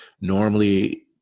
normally